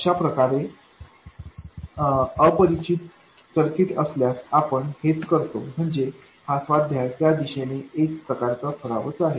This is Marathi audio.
अशाप्रकारे अपरिचित सर्किट असल्यास आपण हेच करतो म्हणजे हा स्वाध्याय त्या दिशेने एक प्रकारचा सरावच आहे